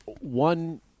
One